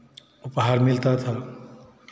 उपहार मिलता था